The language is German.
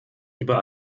über